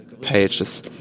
pages